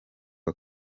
uyu